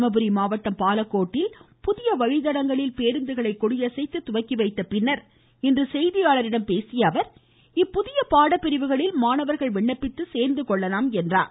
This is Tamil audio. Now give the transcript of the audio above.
தர்மபுரி மாவட்டம் பாலக்கோட்டில் புதிய வழித்தடங்களில் பேருந்துகளை கொடியசைத்து துவக்கிவைத்தப் பின்னர் இன்று செய்தியாளர்களிடம் பேசிய அவர் இப்புதிய பாடப்பிரிவுகளில் மாணவர்கள் விண்ணப்பித்து சேர்ந்து கொள்ளலாம் என்றார்